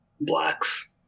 Blacks